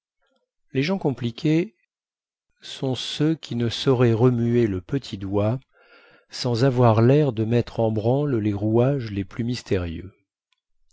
les gens compliqués sont ceux qui ne sauraient remuer le petit doigt sans avoir lair de mettre en branle les rouages les plus mystérieux